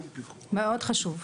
מאוד חשוב.